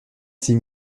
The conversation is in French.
six